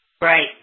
Right